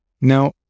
Now